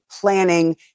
planning